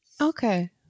Okay